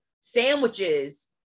sandwiches